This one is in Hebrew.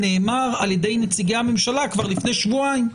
נאמר על ידי נציגי הממשלה כבר לפני שבועיים.